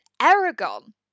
Aragon